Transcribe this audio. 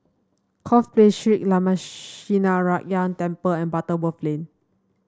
Corfe Place Shree Lakshminarayanan Temple and Butterworth Lane